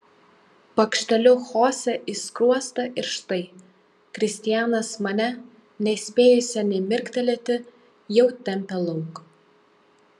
pakšteliu chosė į skruostą ir štai kristianas mane nespėjusią nė mirktelėti jau tempia lauk